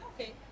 Okay